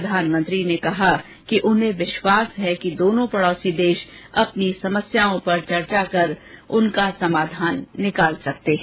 प्रधानमंत्री ने कहा कि उन्हें विश्वास है कि दोनों पड़ोसी देश अपनी समस्याओं पर चर्चा कर सकते हैं और उनका समाधान निकाल सकते हैं